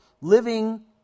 living